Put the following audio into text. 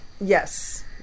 Yes